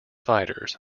fighters